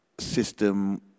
system